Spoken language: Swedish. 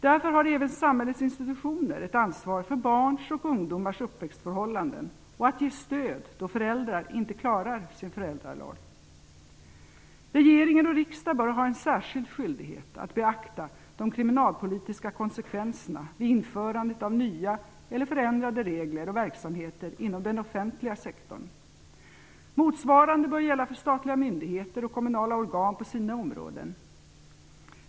Därför har även samhällets institutioner ett ansvar för barns och ungdomars uppväxtförhållanden och för att ge stöd då föräldrar inte klarar sin föräldraroll. Regering och riksdag bör ha en särskild skyldighet att beakta de kriminalpolitiska konsekvenserna vid införandet av nya eller förändrade regler och verksamheter inom den offentliga sektorn. Motsvarande bör gälla för statliga myndigheter och kommunala organ på deras områden.